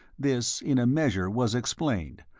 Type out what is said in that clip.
this in a measure was explained,